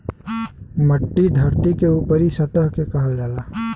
मट्टी धरती के ऊपरी सतह के कहल जाला